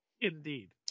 Indeed